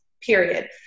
period